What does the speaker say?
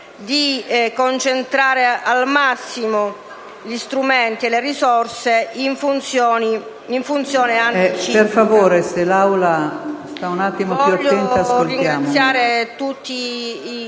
di concentrare al massimo gli strumenti e le risorse in funzione anticiclica.